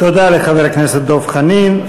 תודה לחבר הכנסת דב חנין.